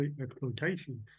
exploitation